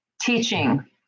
Teaching